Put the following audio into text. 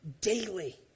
daily